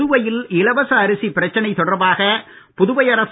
புதுவையில் இலவச அரிசி பிரச்சனை தொடர்பாக புதுவை அரசு